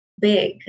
big